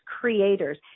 creators